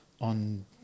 on